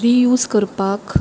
री यूज करपाक